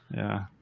yeah.